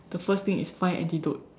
the first thing is find antidote